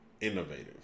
innovative